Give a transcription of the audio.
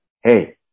Hey